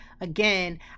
again